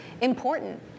important